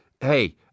Hey